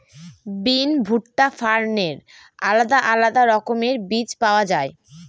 বিন, ভুট্টা, ফার্নের আলাদা আলাদা রকমের বীজ পাওয়া যায়